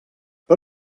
per